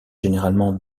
généralement